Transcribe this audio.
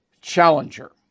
challenger